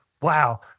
wow